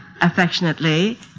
affectionately